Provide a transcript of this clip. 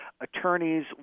attorneys